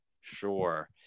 sure